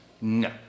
No